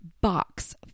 box